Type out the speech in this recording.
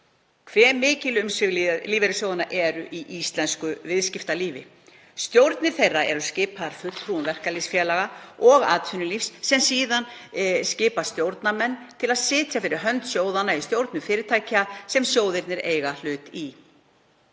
hve mikil umsvif lífeyrissjóðanna eru í íslensku viðskiptalífi. Stjórnir þeirra eru skipaðar fulltrúum verkalýðsfélaga og atvinnulífsins sem skipa síðan stjórnarmenn til að sitja fyrir hönd sjóðanna í stjórnum fyrirtækja sem sjóðirnir eiga hlut í.